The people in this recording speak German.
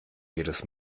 jedes